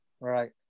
right